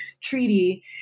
Treaty